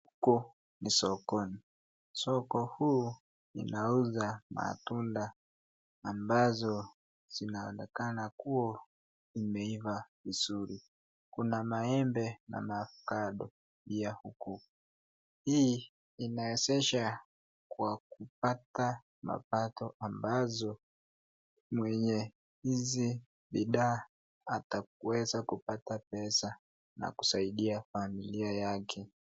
huko ni sokoni. Soko huu ninauza matunda ambazo zinaonekana kuwa zimeiva vizuri. Kuna maembe na makado pia huku. Hii inawezesha kwa kupata mapato ambazo mwenye hizi bidhaa atakuweza kupata pesa na kusaidia familia yake.